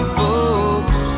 folks